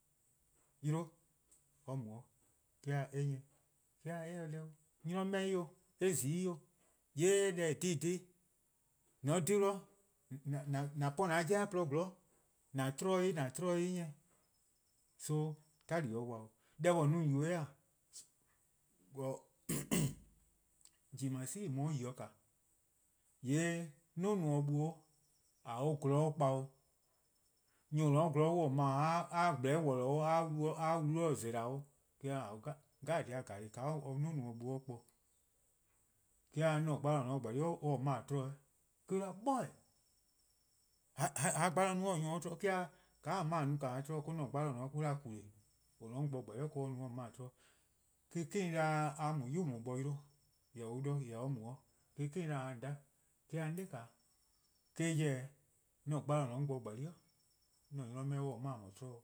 Yle, 'de or mu 'de, 'de or 'da eh 'nyne :eh? 'De or 'da eh :se deh 'o, 'nynor 'meh 'o eh zi 'o, :yee' :eh :korn dhih :mor :on :dhe-dih 'de :an po :an 'jeh-a :porluh 'zorn :an :za-ih :an :za-ih :eh? So 'tali 'o dih 'o. Deh :on 'ye-a no :on yubo-eh :e? :jimaci' :eh mu 'de yi-' :yee' 'duo: nomor bi :a 'ye-eh gwlor kpa 'o nyor+ :on :ne-a 'de gwlor on-: mor-: a 'ye gbleh worlor: a 'ye wlu ken-dih zela: 'o. 'De or 'da :ao'. dhih 'jeh-a dhih 'jeh :ka or 'duo:-a nomor bi-' or kpa-eh, 'de or 'da 'an-a' gbalor: :or :ne-a 'o 'on bo :gbalie: 'i or-: mor-: :a 'bla :manua 'weh, 'de on 'da :ka gbalor-a no 'de or-: nyor-: 'de an ble :manua :eh? :ka a-: 'mor-: :a no-a :a bla-a :manua ka 'an-a gbalor: :or ne-a 'o 'on bo :gbalie: 'i an 'da-dih :kule' or-: 'mor-: :a no :an bla :manua'. 'De 'keen 'da :mor a mu 'nyi 'yu :dao' or 'yle, 'de on 'da-or 'de or mu 'de. 'De 'keen 'da :kaa :on 'da :eh? 'De or 'da, 'on 'da, dhih 'jeh 'o 'an gbalor :or :ne-a 'o 'on bo :gbalie: 'i 'an 'nynor 'meh-a or-: 'mor-: :a mor bla :manua'.